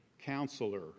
Counselor